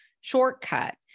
shortcut